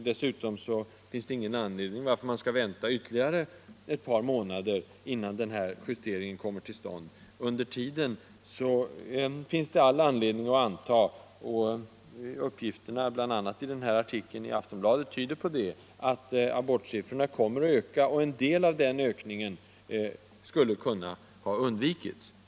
Dessutom finns det ingen anledning att vänta ytterligare ett par månader Under tiden finns det all anledning att anta — uppgifterna bl.a. i den här artikeln i Aftonbladet tyder på det — att abortsiffrorna kommer att öka. En del av den ökningen skulle ha kunnat undvikas.